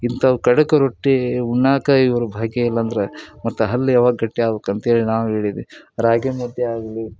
ಇಂಥವು ಖಡಕ್ ರೊಟ್ಟಿ ಉಣ್ಣಕ್ಕೆ ಇವರು ಬಯಕೆ ಇಲ್ಲಾಂದರೆ ಮತ್ತೆ ಹಲ್ಲು ಯಾವಾಗ ಗಟ್ಟಿ ಆಗಬೇಕಂತೇಳಿ ನಾವು ಹೇಳಿದ್ವಿ ರಾಗಿ ಮುದ್ದೆ ಆಗಲಿ